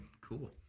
Cool